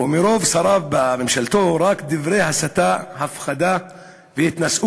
מרוב שריו בממשלתו, רק דברי הסתה, הפחדה והתנשאות